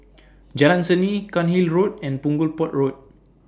Jalan Seni Cairnhill Road and Punggol Port Road